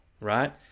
right